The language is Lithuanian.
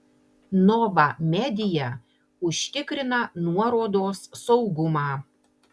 nova media užtikrina nuorodos saugumą